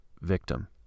victim